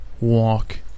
walk